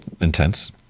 intense